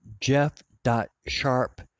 jeff.sharp